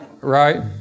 Right